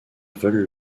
veulent